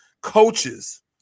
coaches